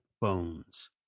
bones